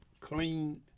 clean